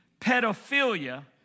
pedophilia